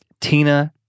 Tina